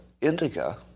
indica